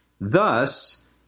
Thus